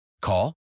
Call